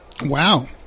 Wow